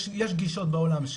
יש גישות בעולם,